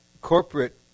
corporate